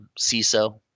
CISO